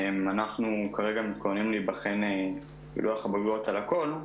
אנחנו כרגע מתכוננים להיבחן בלוח הבגרויות על הכול,